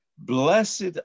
Blessed